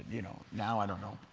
you know, now i don't know.